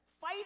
Fight